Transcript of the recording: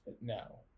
No